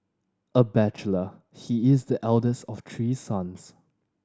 a bachelor he is the eldest of three sons